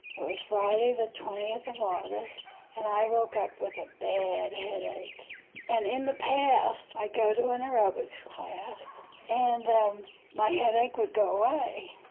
was friday twentieth ah august and i woke up with a bad headache and in the past, i'd go to an aerobic class and my headache would go away.